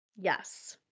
Yes